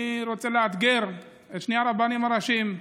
אני רוצה לאתגר את שני הרבנים הראשיים,